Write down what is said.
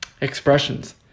expressions